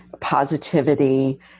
positivity